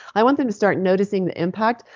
i want them to start noticing the impact.